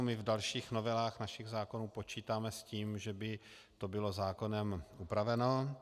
V dalších novelách našich zákonů počítáme s tím, že by to bylo zákonem upraveno.